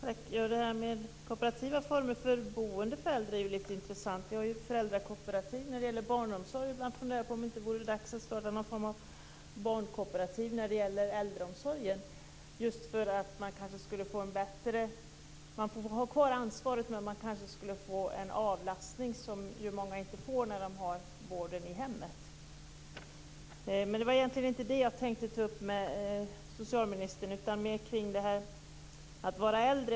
Fru talman! Det här med kooperativa former för äldreboende är ganska intressant. Vi har ju föräldrakooperativ när det gäller barnomsorgen. Jag har ibland funderat på om det inte vore dags att starta någon form av barnkooperativ inom äldreomsorgen, just för att ha kvar ansvaret men kanske få en avlastning vid vård i hemmet, något som många inte får. Det var dock egentligen inte den saken som jag hade tänkt ta upp med socialministern. I stället gäller det mera detta med att vara äldre.